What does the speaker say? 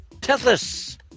Tethys